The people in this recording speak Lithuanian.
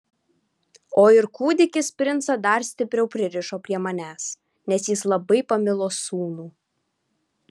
o ir kūdikis princą dar stipriau pririšo prie manęs nes jis labai pamilo sūnų